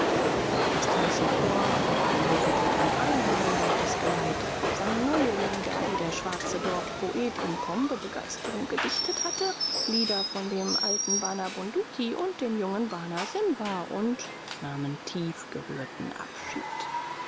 das tanzende dorf gab den löwentötern eine meile weit das geleit sang neue lieder die der schwarze dorfpoet in pombebegeisterung gedichtet hatte lieder von dem alten bana bunduki und dem jungen bana simba und nahm tiefgerührten abschied